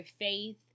faith